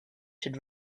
should